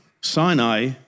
Sinai